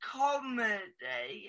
comedy